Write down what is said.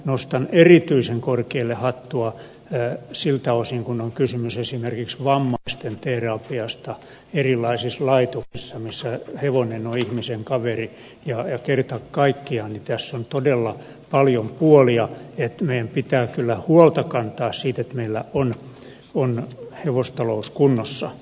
nostan erityisen korkealle hattua siltä osin kuin on kysymys esimerkiksi vammaisten terapiasta erilaisissa laitoksissa missä hevonen on ihmisen kaveri ja kerta kaikkiaan tässä on todella paljon puolia niin että meidän pitää kyllä huolta kantaa siitä että meillä on hevostalous kunnossa